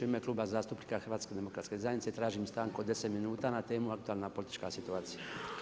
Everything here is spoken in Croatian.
U ime Kluba zastupnika HDZ-a tražim stanku od 10 minuta na temu aktualna politička situacija.